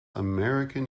american